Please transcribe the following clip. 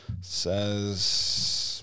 says